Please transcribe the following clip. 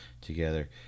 together